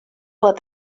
what